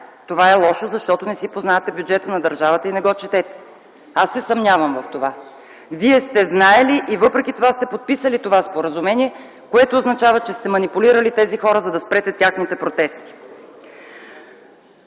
това е лошо, защото не си познавате бюджета на държавата и не го четете. Аз се съмнявам в това. Вие сте знаели и въпреки това сте подписали това споразумение, което означава, че сте манипулирали тези хора, за да спрете техните протести.